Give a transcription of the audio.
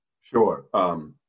Sure